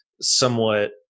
somewhat